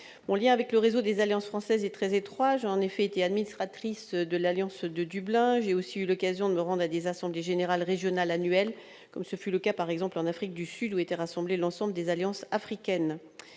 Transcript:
Mon lien avec le réseau des Alliances françaises est très étroit. J'ai en effet été administratrice de l'Alliance française de Dublin. J'ai aussi eu l'occasion de me rendre à des assemblées générales régionales annuelles, par exemple en Afrique du Sud, où s'étaient réunies les Alliances françaises